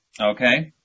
Okay